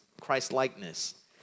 Christ-likeness